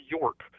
York